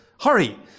Hurry